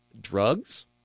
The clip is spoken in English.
drugs